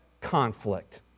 conflict